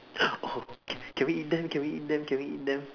oh can we eat them can we eat them can we eat them